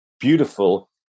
beautiful